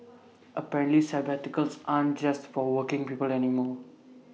apparently sabbaticals aren't just for working people anymore